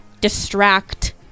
distract